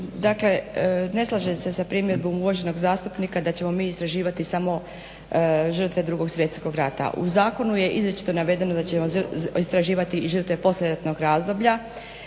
Dakle, ne slažem se sa primjedbom uvaženog zastupnika da ćemo mi istraživati samo žrtve Drugog svjetskog rata. U zakonu je izričito navedeno da ćemo istraživati i žrtve poslijeratnog razdoblja.